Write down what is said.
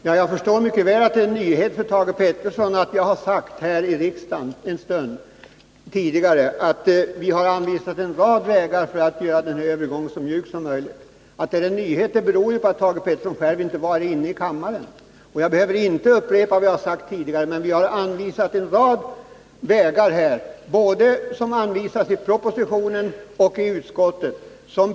Herr talman! Jag förstår mycket väl att det här var en nyhet för Thage Peterson. Jag har sagt tidigare här i kammaren att vi har anvisat en rad vägar för att göra övergången så mjuk som möjligt. Att detta är en nyhet för Thage Peterson beror ju på att han inte var här i kammaren då. Jag skall inte upprepa vad jag sade, men de vägar vi har anvisat framgår både av propositionen och av utskottsbetänkandet.